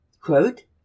Quote